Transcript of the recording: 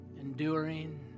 enduring